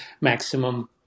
maximum